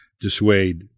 dissuade